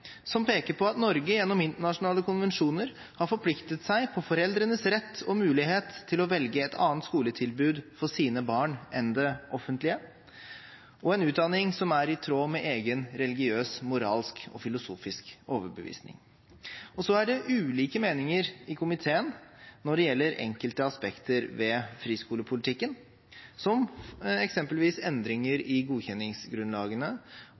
som peker på at Norge gjennom internasjonale konvensjoner har forpliktet seg på foreldrenes rett og mulighet til å velge et annet skoletilbud for sine barn enn det offentlige, og en utdanning som er i tråd med egen religiøs, moralsk og filosofisk overbevisning. Så er det ulike meninger i komiteen når det gjelder enkelte aspekter ved friskolepolitikken, som eksempelvis endringer i godkjenningsgrunnlagene